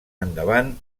endavant